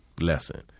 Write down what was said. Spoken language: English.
lesson